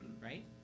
Right